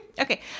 Okay